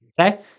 Okay